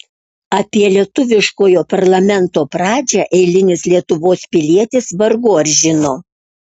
apie lietuviškojo parlamento pradžią eilinis lietuvos pilietis vargu ar žino